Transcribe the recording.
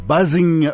Buzzing